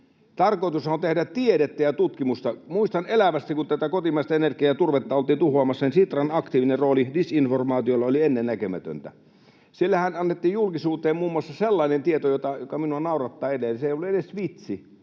Tarkoitushan on tehdä tiedettä ja tutkimusta. Muistan elävästi, että kun kotimaista energiaa ja turvetta oltiin tuhoamassa, niin Sitran aktiivinen rooli disinformaatiossa oli ennennäkemätöntä. Siellähän annettiin julkisuuteen muun muassa sellainen tieto, joka minua naurattaa edelleen — se ei ollut edes vitsi,